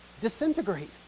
disintegrate